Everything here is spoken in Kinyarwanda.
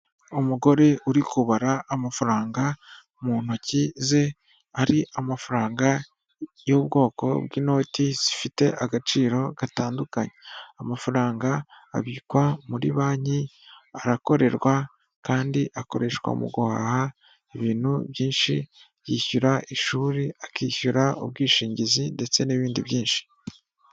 Umugore uri kubara amafaranga mu ntoki ze, ari amafaranga y'ubwoko bw'inoti zifite agaciro gatandukanye, amafaranga abikwa muri banki arakorerwa kandi akoreshwa mu guhaha ibintu byinshi, yishyura ishuri akishyura ubwishingizi ndetse n'ibindi byinshi.